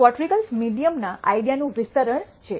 quartiles median ના idea નું વિસ્તરણ છે